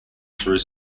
through